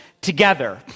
together